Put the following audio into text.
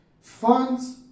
Funds